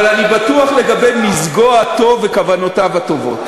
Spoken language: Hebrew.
אבל אני בטוח לגבי מזגו הטוב וכוונותיו הטובות.